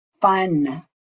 fun